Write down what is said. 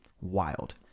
wild